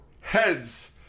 heads